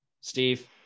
Steve